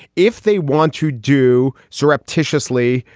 if they want to do surreptitiously,